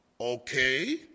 Okay